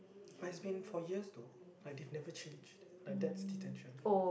but it's been for years though like they've never changed like that's detention